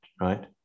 right